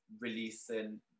releasing